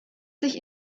sich